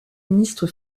ministre